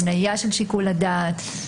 הבניה של שיקול הדעת.